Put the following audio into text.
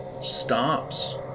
stops